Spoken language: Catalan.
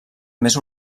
més